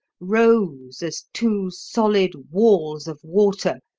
rose as two solid walls of water,